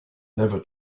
never